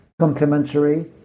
complementary